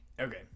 okay